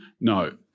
No